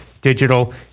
digital